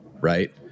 right